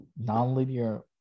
nonlinear